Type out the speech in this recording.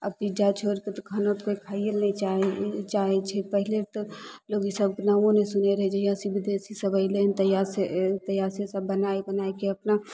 आब पिज्जा छोड़िके तऽ खानो कोइ खाइये लए नहि चाहय चाहय छै पहिले तऽ लोक ई सबके नामो नहि सुनने रहय जहियासँ ई विदेशी सब अइलय हन तहियासँ तहियासँ सब बनाय बनायके अपना